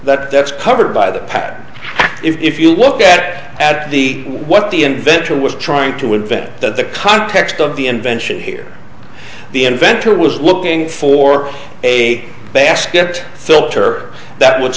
that that's covered by the patent if you look at at the what the inventor was trying to invent the context of the invention here the inventor was looking for a basket filter that would